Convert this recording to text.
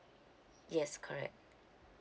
yes correct